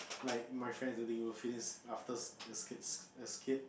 like my friends were getting after kids as kids